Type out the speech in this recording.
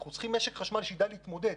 אנחנו צריכים משק חשמל שידע להתמודד.